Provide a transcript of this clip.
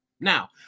Now